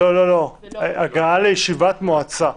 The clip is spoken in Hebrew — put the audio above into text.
לא, הגעה לישיבת מועצה.